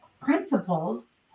principles